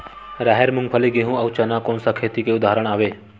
राहेर, मूंगफली, गेहूं, अउ चना कोन सा खेती के उदाहरण आवे?